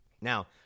Now